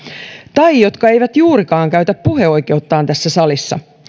tai jotka eivät juurikaan käytä puheoikeuttaan tässä salissa